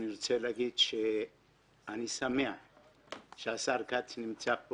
אני רוצה להגיד שאני שמח שהשר כץ נמצא פה